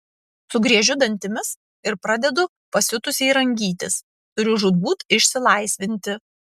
sugriežiu dantimis ir pradedu pasiutusiai rangytis turiu žūtbūt išsilaisvinti